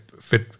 fit